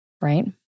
right